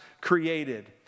created